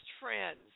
friends